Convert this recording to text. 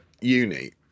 uni